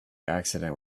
accident